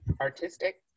Artistic